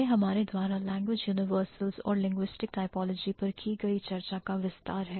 यह हमारे द्वारा language universals और linguistic typology पर की गई चर्चा का विस्तार है